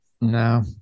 No